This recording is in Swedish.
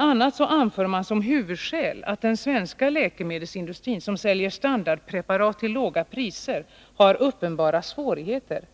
a. anförs som huvudskäl att den svenska läkemedelsindustrin som säljer standardpreparat till låga priser har uppenbara svårigheter,